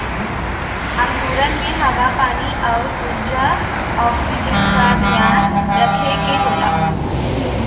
अंकुरण में हवा पानी आउर ऊर्जा ऑक्सीजन का ध्यान रखे के होला